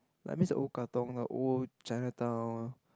I miss the old Katong the old Chinatown